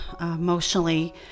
emotionally